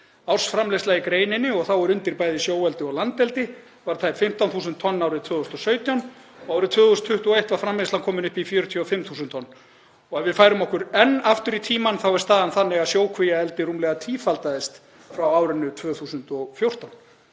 Ársframleiðsla í greininni, og þá er undir bæði sjóeldi og landeldi, var tæp 15.000 tonn árið 2017 og árið 2021 var framleiðslan komin upp í 45.000 tonn. Ef við færum okkur enn aftur í tímann þá er staðan þannig að sjókvíaeldi rúmlega tífaldaðist frá árinu 2014.